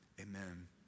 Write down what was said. amen